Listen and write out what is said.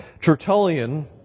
Tertullian